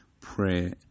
prayer